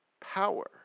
power